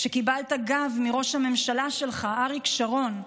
כשקיבלת גב מראש הממשלה שלך, אריק שרון.